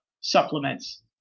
supplements